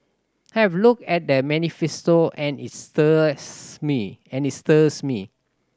I have looked at the manifesto and it stirs me and it stirs me